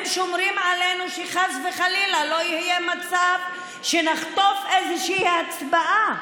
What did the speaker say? הם שומרים עלינו שחס וחלילה לא יהיה מצב שנחטוף איזושהי הצבעה.